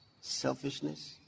Selfishness